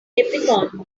capricorn